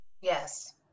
Yes